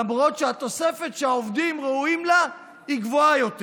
למרות שהתוספת שהעובדים ראויים לה היא גבוהה יותר,